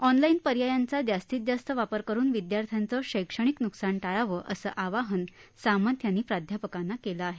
online पर्यायांचा जास्तीत जास्त वापर करून विद्यार्थ्यांचं शैक्षणिक न्कसान टाळावं असं आवाहन सामंत यांनी प्राध्यापकांना केलं आहे